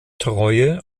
treue